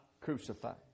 Crucified